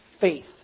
faith